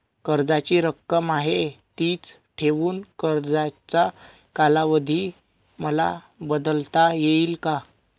कर्जाची रक्कम आहे तिच ठेवून कर्जाचा कालावधी मला बदलता येईल का?